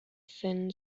thin